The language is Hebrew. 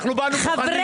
אנחנו באנו מוכנים,